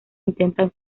intentan